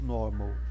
normal